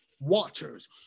watchers